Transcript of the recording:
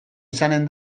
izanen